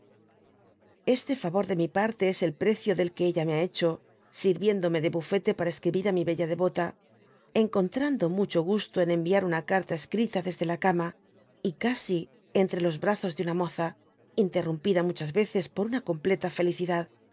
este favor de mi parte es el precio del que ella me ha hecho serviendome de bufete para escribir á mi bella devota encontrando mucho gusto en enviar una carta escrita desde la cama y casi entre los brazos de una moza interrumpida muchas veces por una completa felicidad